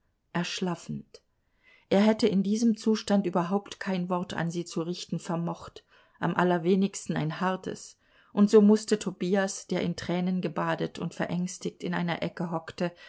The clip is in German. überwindend erschlaffend er hätte in diesem zustand überhaupt kein wort an sie zu richten vermocht am allerwenigsten ein hartes und so mußte tobias der in tränen gebadet und verängstet in einer ecke hockte